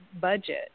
budget